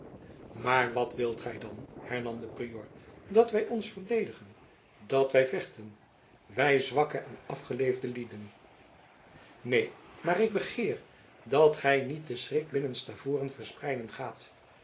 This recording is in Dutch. maar wat wilt gij dan hernam de prior dat wij ons verdedigen dat wij vechten wij zwakke en afgeleefde lieden neen maar ik begeer dat gij niet den schrik binnen stavoren verspreiden gaat